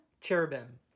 Cherubim